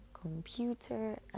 computer